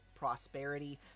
prosperity